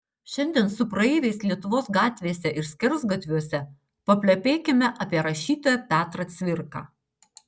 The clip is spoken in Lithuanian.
šiandien su praeiviais lietuvos gatvėse ir skersgatviuose paplepėkime apie rašytoją petrą cvirką